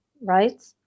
right